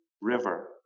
river